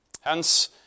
Hence